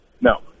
No